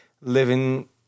living